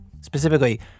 Specifically